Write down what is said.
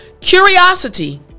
curiosity